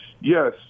yes